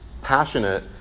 passionate